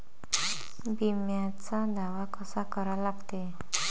बिम्याचा दावा कसा करा लागते?